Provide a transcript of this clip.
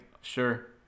Sure